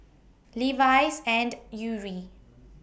Levi's and Yuri